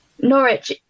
Norwich